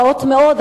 רעות מאוד,